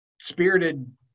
spirited